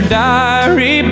diary